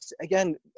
again